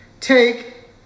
Take